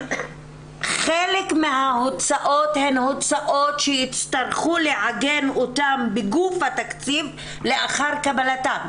חלק מההוצאות הן הוצאות שיצטרכו לאגם אותן בגוף התקציב לאחר קבלתן.